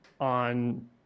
on